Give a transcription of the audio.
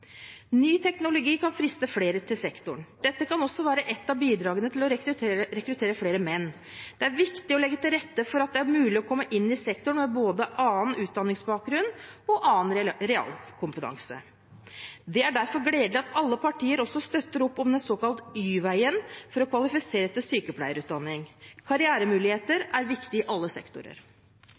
Ny teknologi kan friste flere til sektoren. Dette kan også være et av bidragene til å rekruttere flere menn. Det er viktig å legge til rette for at det er mulig å komme inn i sektoren med både annen utdanningsbakgrunn og annen realkompetanse. Det er derfor gledelig at alle partier støtter opp om den såkalte Y-veien for å kvalifisere til sykepleierutdanning. Karrieremuligheter er viktig i alle sektorer.